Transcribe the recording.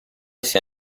sia